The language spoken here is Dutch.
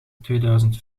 tweeduizend